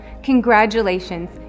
Congratulations